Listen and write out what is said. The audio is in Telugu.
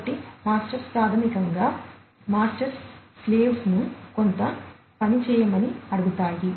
కాబట్టి మాస్టర్స్ ప్రాథమికంగా మాస్టర్స్ స్లవెస్ను కొంత పని చేయమని అడుగుతాయి